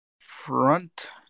front